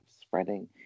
spreading